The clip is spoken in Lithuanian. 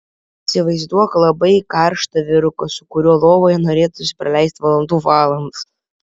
įsivaizduok labai karštą vyruką su kuriuo lovoje norėtųsi praleisti valandų valandas